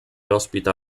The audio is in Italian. ospita